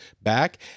back